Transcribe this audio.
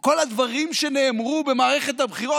כל הדברים שנאמרו במערכת הבחירות,